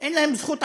אין להם זכות ערר,